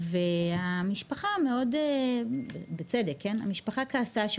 המשפחה מאוד כעסה,